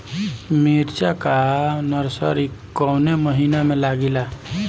मिरचा का नर्सरी कौने महीना में लागिला?